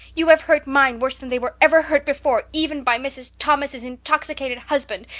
you have hurt mine worse than they were ever hurt before even by mrs. thomas' intoxicated husband.